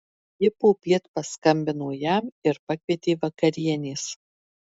ji popiet paskambino jam ir pakvietė vakarienės